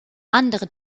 andere